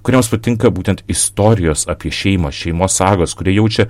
kuriems patinka būtent istorijos apie šeimą šeimos sagos kurie jaučia